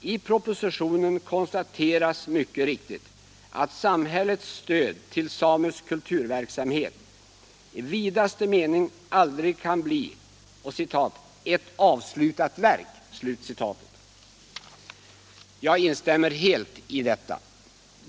I propositionen konstateras mycket riktigt att samhällets stöd till samisk kulturverksamhet i vidaste mening aldrig kan bli ”ett avslutat verk”. Jag instämmer helt i detta.